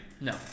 no